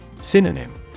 Synonym